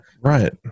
Right